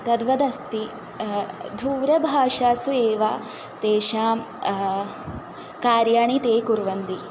तद्वदस्ति दूरभाषासु एव तेषां कार्याणि ते कुर्वन्ति